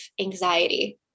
anxiety